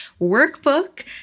workbook